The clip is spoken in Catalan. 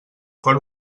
cor